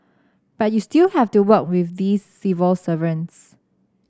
but you still have to work with these civil servants